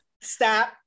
stop